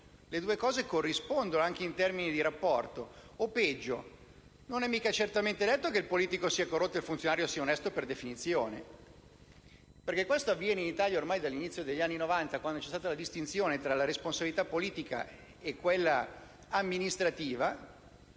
le due figure corrispondono, anche in termini di rapporto. O peggio, non è certamente detto che il politico sia corrotto e il funzionario sia onesto per definizione. Questo è ciò che avviene in Italia dall'inizio degli anni Novanta, da quando c'è stata la distinzione tra la responsabilità politica e quella amministrativa: